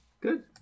Good